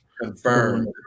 Confirm